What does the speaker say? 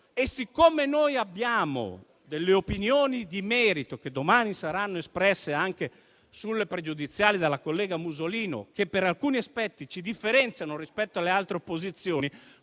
e siccome noi abbiamo delle opinioni di merito - domani saranno espresse anche sulle questioni pregiudiziali dalla collega Musolino - che per alcuni aspetti ci differenziano dalle altre opposizioni,